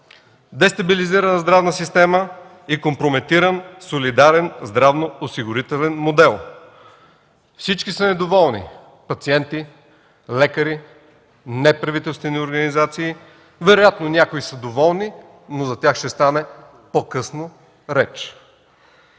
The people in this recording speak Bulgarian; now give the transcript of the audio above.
дестабилизиране на здравната система и компрометиран солидарен здравноосигурителен модел. Всички са недоволни – пациенти, лекари, неправителствени организации. Вероятно някои са доволни, но за тях ще стане реч по-късно.